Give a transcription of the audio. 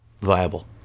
viable